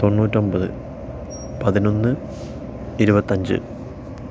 തൊണ്ണൂറ്റൊമ്പത് പതിനൊന്ന് ഇരുപത്തഞ്ച്